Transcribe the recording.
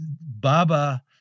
Baba